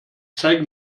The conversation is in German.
zeige